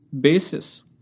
basis